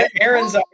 Aaron's